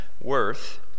worth